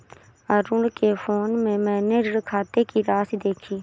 अरुण के फोन में मैने ऋण खाते की राशि देखी